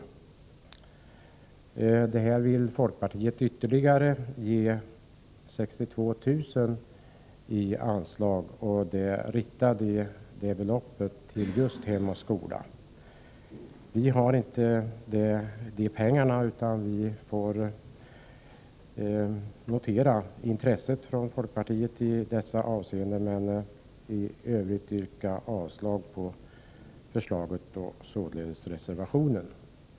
Folkpartiet vill ge ytterligare 62 000 i anslag och rikta det beloppet till just Hem och Skola. Vi har inte de pengarna, utan vi får notera det intresse som folkpartiet visat i dessa avseenden. Jag yrkar alltså avslag på reservation 1.